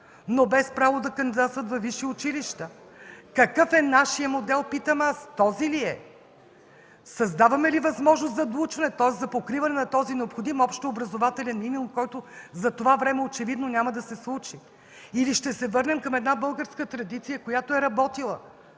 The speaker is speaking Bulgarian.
но без право да кандидатстват във висши училища. Какъв е нашият модел, питам аз? Този ли е?! Създаваме ли възможност за доучване, тоест за покриване на този необходим общообразователен минимум, който за това време очевидно няма да се случи? Или ще се върнем към българска традиция, която е работила